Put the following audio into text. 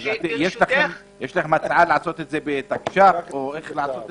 יש לכם הצעה לעשות את זה בתקש"ח או איך לעשות את זה?